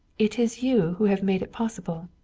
it is you who have made it possible.